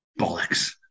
Bollocks